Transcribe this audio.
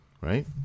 right